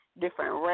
different